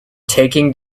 taking